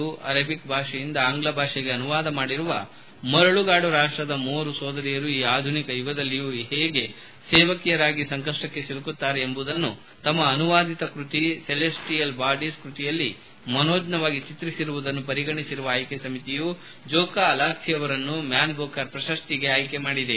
Jokha Alharthi ಅವರು Arabic ಭಾಷೆಯಿಂದ ಆಂಗ್ಲಭಾಷೆಗೆ ಅನುವಾದ ಮಾಡಿರುವ ಮರಳುಗಾಡು ರಾಷ್ಟದ ಮೂವರು ಸೋದರಿಯರು ಈ ಆಧುನಿಕ ಯುಗದಲ್ಲಿಯೂ ಹೇಗೆ ಸೇವಕಿಯರಾಗಿ ಕಂಕಪ್ಪಕ್ಕೆ ಸಿಲುಕುತ್ತಾರೆ ಎಂಬುದನ್ನು ತಮ್ಮ ಅನುವಾದಿತ ಕೃತಿ ಸೆಲೆಸ್ಟಿಯಲ್ ಬಾಡೀಸ್ ಕೃತಿಯಲ್ಲಿ ಮನೋಜ್ಞವಾಗಿ ಚಿತ್ರಿಸಿರುವುದನ್ನು ಪರಿಗಣಿಸಿರುವ ಆಯ್ಕೆ ಸಮಿತಿಯು ಜೋಖಾ ಅಲ್ವಾರ್ಥಿ ಅವರನ್ನು ಮ್ಯಾನ್ ಬೂಕರ್ ಪ್ರಶಸ್ತಿಗೆ ಆಯ್ಕೆ ಮಾಡಿದೆ